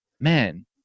man